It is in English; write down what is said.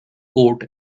coat